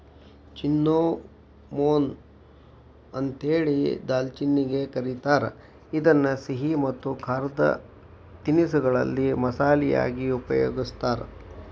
cinnamon ಅಂತೇಳಿ ದಾಲ್ಚಿನ್ನಿಗೆ ಕರೇತಾರ, ಇದನ್ನ ಸಿಹಿ ಮತ್ತ ಖಾರದ ತಿನಿಸಗಳಲ್ಲಿ ಮಸಾಲಿ ಯಾಗಿ ಉಪಯೋಗಸ್ತಾರ